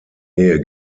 ehe